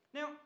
Now